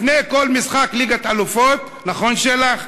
לפני כל משחק ליגת אלופות, נכון, שלח?